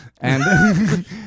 and-